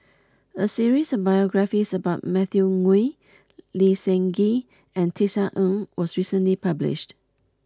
a series of biographies about Matthew Ngui Lee Seng Gee and Tisa Ng was recently published